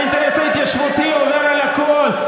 האינטרס ההתיישבותי עובר על הכול.